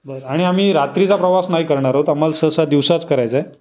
बरं आणि आम्ही रात्रीचा प्रवास नाही करणार आहोत आम्हाला सहसा दिवसाच करायचा आहे